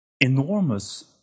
enormous –